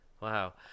wow